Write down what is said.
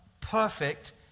perfect